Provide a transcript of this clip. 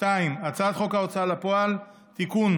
הצעת חוק ההוצאה לפועל (תיקון,